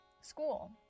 school